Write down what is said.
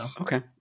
Okay